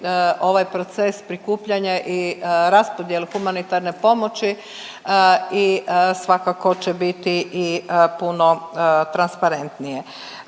ovaj proces prikupljanje i raspodjelu humanitarne pomoći i svakako će biti i puno transparentnije.